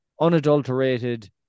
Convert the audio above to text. unadulterated